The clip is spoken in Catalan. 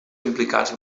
implicats